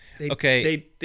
okay